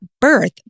birth